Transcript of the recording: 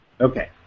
Okay